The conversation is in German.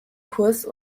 kurs